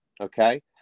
okay